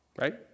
Right